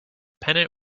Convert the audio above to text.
pennant